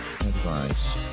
Advice